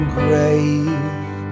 grave